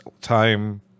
time